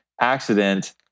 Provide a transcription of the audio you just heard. accident